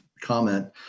comment